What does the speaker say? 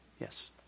Yes